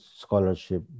scholarship